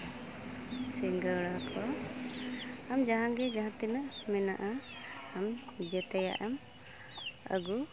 ᱥᱤᱸᱜᱟᱹᱲᱟ ᱠᱚ ᱟᱢ ᱡᱟᱦᱟᱸ ᱜᱮ ᱡᱟᱦᱟᱸ ᱛᱤᱱᱟᱹᱜ ᱢᱮᱱᱟᱜᱼᱟ ᱟᱢ ᱡᱚᱛᱚᱭᱟᱜ ᱮᱢ ᱟᱹᱜᱩ